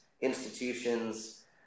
institutions